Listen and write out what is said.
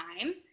time